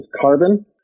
carbon